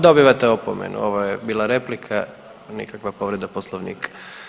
Dobivate opomenu ovo je bila replika, nikakva povreda Poslovnika.